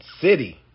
city